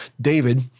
David